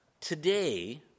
Today